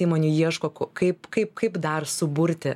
įmonių ieško kaip kaip kaip dar suburti